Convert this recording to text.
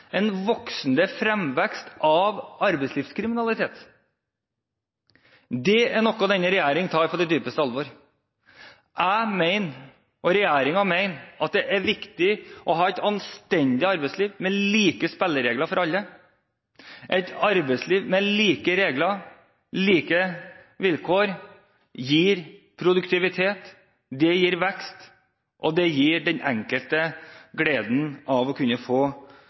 en fremvekst av arbeidslivskriminalitet. Det er noe denne regjering tar på det dypeste alvor. Jeg og regjeringen mener at det er viktig å ha et anstendig arbeidsliv, med spilleregler som er like for alle. Et arbeidsliv med samme regler og like vilkår gir produktivitet og vekst, og det gir den enkelte gleden av å få